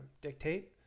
dictate